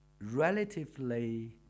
relatively